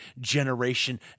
generation